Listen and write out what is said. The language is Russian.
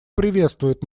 приветствует